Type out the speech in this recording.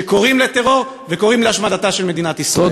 שקוראים לטרור וקוראים להשמדתה של מדינת ישראל.